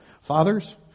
Fathers